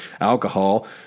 alcohol